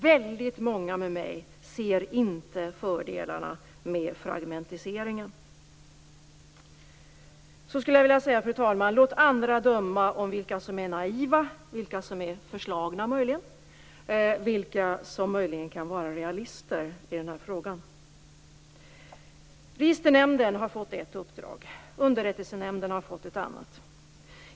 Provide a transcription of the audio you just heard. Väldigt många med mig ser inte fördelarna med fragmentiseringen. Fru talman! Låt andra döma vilka som är naiva, vilka som möjligen är förslagna, och vilka som kan vara realister i den här frågan. Registernämnden har fått ett uppdrag. Underrättelsenämnden har fått ett annat.